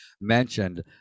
mentioned